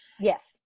yes